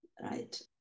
right